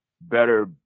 better